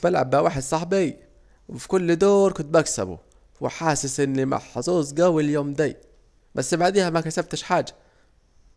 بلعب مع واحد صاحبي وفي كل دور بكسبه وحاسس اني محظوظ جوي اليوم ده بس بعديها مكسبتش حاجة